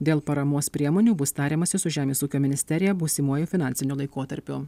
dėl paramos priemonių bus tariamasi su žemės ūkio ministerija būsimuoju finansiniu laikotarpiu